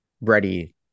ready